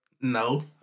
No